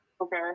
Okay